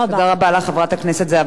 חברת הכנסת זהבה גלאון,